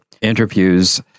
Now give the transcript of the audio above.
interviews